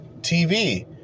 TV